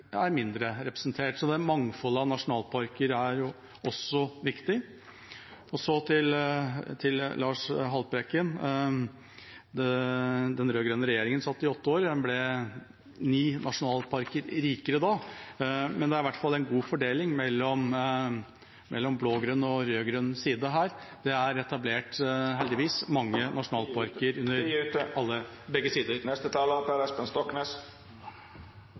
mindre representert. Så mangfoldet av nasjonalparker er også viktig. Så til representanten Lars Haltbrekken: Den rød-grønne regjeringa satt i åtte år. Vi ble ni nasjonalparker rikere da, men det er i hvert fall en god fordeling mellom blå-grønn og rød-grønn side her. Det er etablert mange nasjonalparker – heldigvis – fra begge sider.